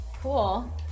Cool